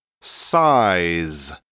Size